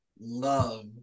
love